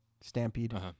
Stampede